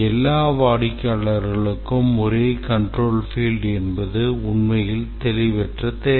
எல்லா வாடிக்கையாளர்களுக்கும் ஒரே control field என்பது உண்மையில் தெளிவற்ற தேவை